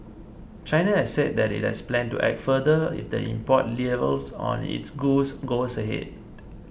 China has said that it has a plan to act further if the import levies on its goods goes ahead